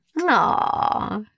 Aw